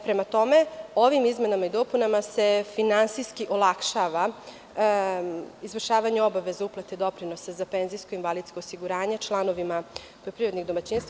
Prema tome, ovim izmenama i dopunama se finansijski olakšava izvršavanje obaveze uplate doprinosa za penzijsko-invalidsko osiguranje članovima poljoprivrednih domaćinstava.